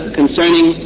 concerning